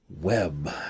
web